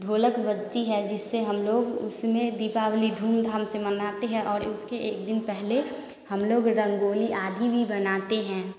ढोलक बजती है जिससे हम लोग उसमें दीपावली धूमधाम से मनाते हैं और उसके एक दिन पहले हम लोग रंगोली आदि भी बनाते हैं